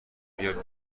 بیا